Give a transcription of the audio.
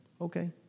okay